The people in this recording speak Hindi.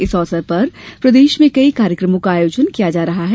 इस अवसर पर प्रदेश में कई कार्यक्रमों का आयोजन किया जा रहा है